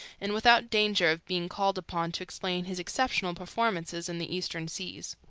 and without danger of being called upon to explain his exceptional performances in the eastern seas.